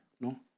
no